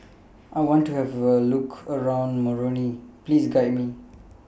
I want to Have A Look around Moroni Please Guide Me